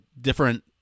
different